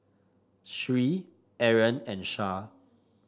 Sri Aaron and Shah